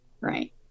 Right